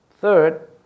Third